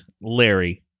Larry